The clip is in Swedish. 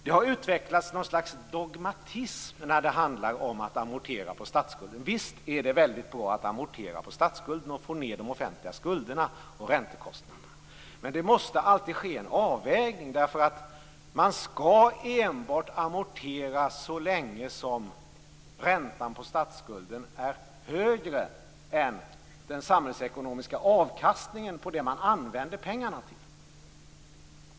Det har utvecklats något slags dogmatism i frågan om att amortera på statsskulden. Visst är det bra att amortera på statsskulden och få ned de offentliga skulderna och räntekostnaderna. Men det måste alltid ske en avvägning. Man skall amortera enbart så länge räntan på statsskulden är högre än den samhällsekonomiska avkastningen på det man använder pengarna till.